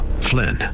Flynn